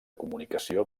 comunicació